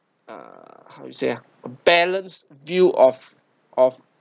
uh how you say ah balanced view of of